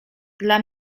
dla